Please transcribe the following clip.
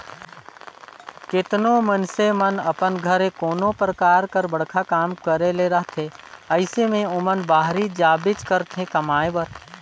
केतनो मइनसे मन अपन घरे कोनो परकार कर बड़खा काम करे ले रहथे अइसे में ओमन बाहिरे जाबेच करथे कमाए बर